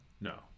No